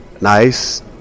nice